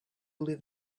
live